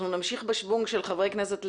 אנחנו נמשיך בשוונג של חברי כנסת לשעבר.